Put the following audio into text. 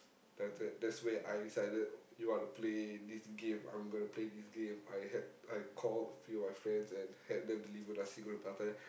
that's it there's where I decided you wanna play this game I'm gonna play this game I had I call a few of my friends and had them delivered nasi-goreng-Pattaya